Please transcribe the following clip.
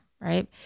right